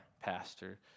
pastor